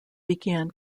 began